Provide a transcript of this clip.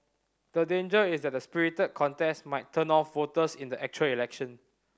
the danger is that the spirited contest might turn off voters in the actual election